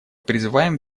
призываем